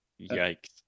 Yikes